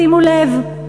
שימו לב,